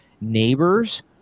neighbors